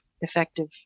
effective